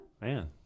Man